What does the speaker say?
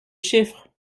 chiffres